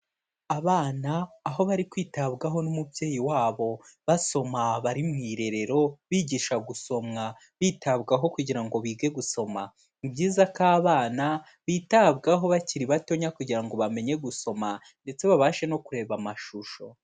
Abana aho bari kwitabwaho n'umubyeyi wabo, basoma bari mu irerero, bigisha gusomwa bitabwaho kugira ngo bige gusoma, ni byiza ko abana bitabwaho bakiri batonya kugira ngo bamenye gusoma ndetse babashe no kureba amashusho.